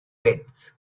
pits